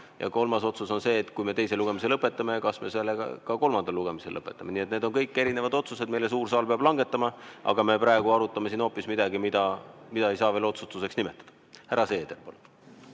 ja kolmas otsus on see, et kui me teise lugemise lõpetame, siis kas me selle ka kolmandal lugemisel lõpetamine. Need on kõik erinevad otsused, mille suur saal peab langetama, aga praegu me arutame siin hoopis midagi, mida ei saa veel otsustuseks nimetada. Härra Seeder,